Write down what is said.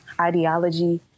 ideology